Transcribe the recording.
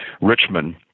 Richmond